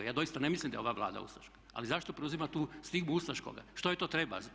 Ja doista ne mislim da je ova Vlada ustaška, ali zašto preuzima tu stigmu ustaškoga, što joj to treba?